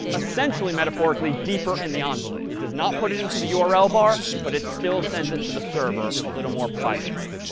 essentially, metaphorically, deeper in the ah envelope. it does not put it into the url bar, but it still sends it to the server a little more privately.